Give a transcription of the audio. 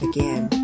Again